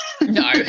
No